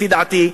לפי דעתי,